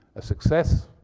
a success.